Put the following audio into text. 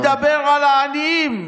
אני מדבר על העניים,